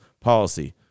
policy